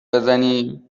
بزنیم